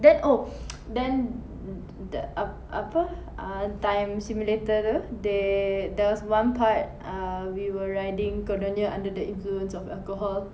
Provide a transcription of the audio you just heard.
then oh then t~ the apa ah time simulator tu they there was one part uh we were riding kononnya under the influence of alcohol